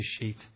sheet